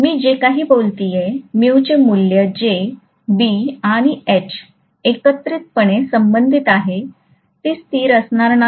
मी जे काही बोलतोय चे मूल्य जे B आणि H एकत्रितपणे संबंधित आहे ते स्थिर असणार नाही